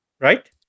right